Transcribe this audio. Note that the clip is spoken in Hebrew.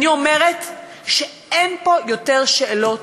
אני אומרת שאין פה יותר שאלות,